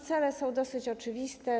Cele są dosyć oczywiste.